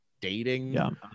dating